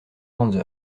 grandes